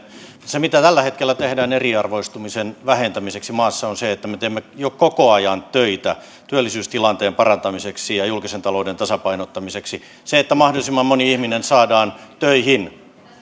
se mitä tällä hetkellä tehdään eriarvoistumisen vähentämiseksi maassa on se että me teemme koko ajan töitä työllisyystilanteen parantamiseksi ja julkisen talouden tasapainottamiseksi se että mahdollisimman moni ihminen saadaan töihin